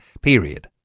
period